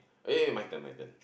wait wait my turn my turn